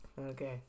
Okay